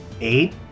eight